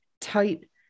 tight